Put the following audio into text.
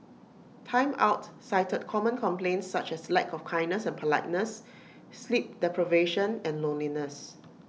Time Out cited common complaints such as lack of kindness and politeness sleep deprivation and loneliness